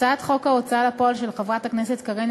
הצעת חוק ההוצאה לפועל של חברת הכנסת קארין